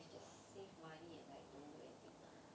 just save money and like don't do anything now